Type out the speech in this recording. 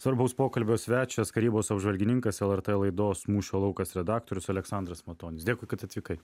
svarbaus pokalbio svečias karybos apžvalgininkas lrt laidos mūšio laukas redaktorius aleksandras matonis dėkui kad atvykai